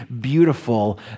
beautiful